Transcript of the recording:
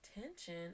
Tension